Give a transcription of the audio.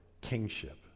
kingship